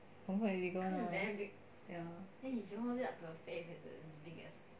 confirm illegal [one] ah ya